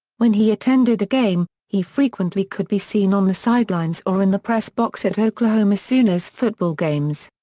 when he attended a game, he frequently could be seen on the sidelines or in the press box at oklahoma sooners football games.